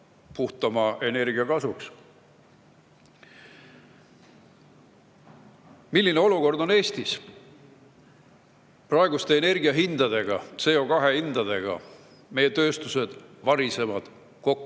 puhtama energia kasuks. Milline olukord on Eestis praeguste energia hindadega, CO2hindadega? Meie tööstused varisevad kõigi